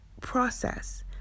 process